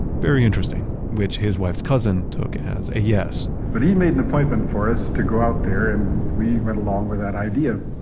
very interesting. which his wife's cousin took as a yes but he made an appointment for us to go out there and we went along with that idea.